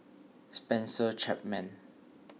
Spencer Chapman